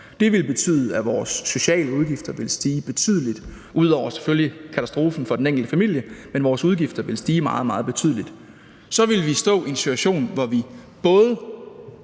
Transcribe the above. dét ville betyde, at vores sociale udgifter ville stige betydeligt. Så ud over at det selvfølgelig er en katastrofe for den enkelte familie, ville vores udgifter stige meget, meget betydeligt, og så ville vi stå i en situation, hvor vi både